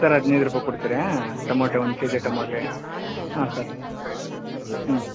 sir ಹದಿನೈದು ರೂಪಾಯ್ಗೆ ಕೊಡ್ತೀರಾ ಟಮೊಟ ಒಂದು ಕೆ ಜಿ ಟಮೊಟೆ ಹಾಂ ಸರ್ ಹ್ಞೂ